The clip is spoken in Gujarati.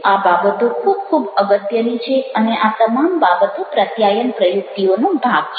આ બાબતો ખૂબ ખૂબ અગત્યની છે અને આ તમામ બાબતો પ્રત્યાયન પ્રયુક્તિઓનો ભાગ છે